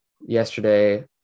yesterday